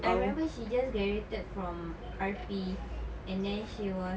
I remember she just graduated from R_P and then she was